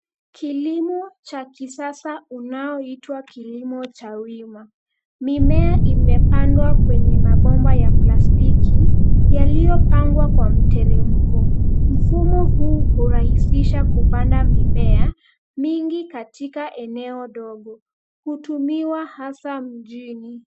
Kilimo cha kisasa unaoitwa kilimo cha wima, mimea imepandwa kwenye mabomba ya plastiki yaliyopangwa kwa mteremko. Mfumo huu hurahisisha kupanda mimea mingi katika eneo dogo, na hutumiwa hasa mjini.